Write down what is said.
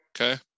Okay